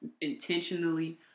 intentionally